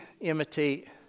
imitate